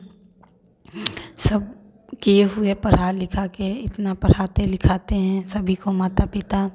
सब किए हुए पढ़ा लिखा के इतना पढ़ाते लिखाते हैं सभी को माता पिता